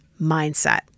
mindset